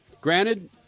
Granted